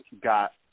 got